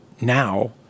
now